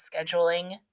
scheduling